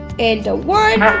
and a one,